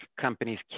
companies